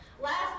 Last